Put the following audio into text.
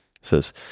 says